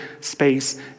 space